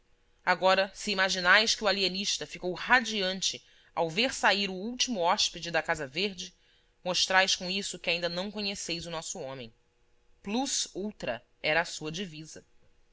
agora se imaginais que o alienista ficou radiante ao ver sair o último hóspede da casa verde mostrais com isso que ainda não conheceis o nosso homem plus ultra era a sua divisa